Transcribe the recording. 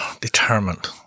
determined